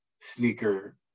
sneaker